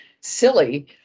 silly